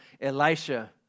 Elisha